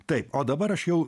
taip o dabar aš jau